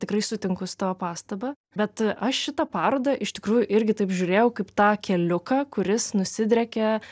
tikrai sutinku su tavo pastaba bet aš šitą parodą iš tikrųjų irgi taip žiūrėjau kaip tą keliuką kuris nusidriekė